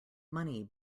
money